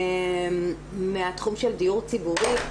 מהתחום של דיור ציבורי,